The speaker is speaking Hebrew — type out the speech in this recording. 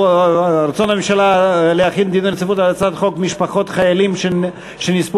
רצון הממשלה להחיל דין רציפות על הצעת חוק משפחות חיילים שנספו